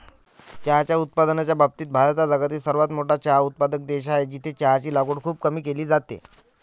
चहा उत्पादनाच्या बाबतीत भारत हा जगातील सर्वात मोठा चहा उत्पादक देश आहे, जिथे चहाची लागवड खूप केली जाते